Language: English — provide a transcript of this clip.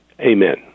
Amen